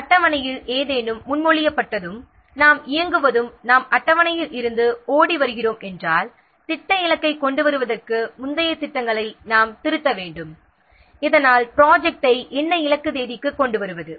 அட்டவணையில் ஏதேனும் முன்மொழியப்பட்டதும் நாம் இயங்குவதும் நாம் அட்டவணையில் இருந்து விலகி போகிறோம் என்றால் ப்ராஜெக்ட் இலக்கை கொண்டு வருவதற்கு முந்தைய திட்டங்களை நாம் திருத்த வேண்டும் இதனால் ப்ராஜெக்ட்டை இலக்கு தேதிக்கு கொண்டு வருகிறோம்